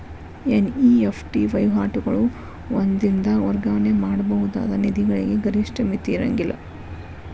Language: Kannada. ಎನ್.ಇ.ಎಫ್.ಟಿ ವಹಿವಾಟುಗಳು ಒಂದ ದಿನದಾಗ್ ವರ್ಗಾವಣೆ ಮಾಡಬಹುದಾದ ನಿಧಿಗಳಿಗೆ ಗರಿಷ್ಠ ಮಿತಿ ಇರ್ಂಗಿಲ್ಲಾ